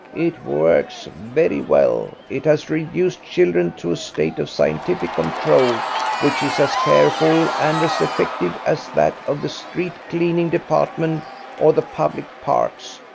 it works very well. it has reduced children to a state of scientific control which is as careful and as effective as that of the street cleaning department or the public parks,